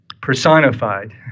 personified